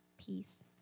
peace